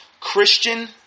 Christian